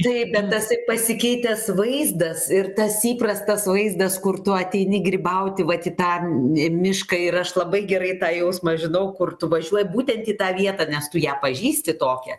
tai bet tas pasikeitęs vaizdas ir tas įprastas vaizdas kur tu ateini grybauti vat į tą mišką ir aš labai gerai tą jausmą žinau kur tu važiuoji būtent į tą vietą nes tu ją pažįsti tokią